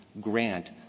grant